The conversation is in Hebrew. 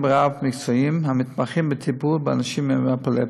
רב-מקצועיים המתמחים בטיפול באנשים עם אפילפסיה.